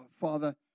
Father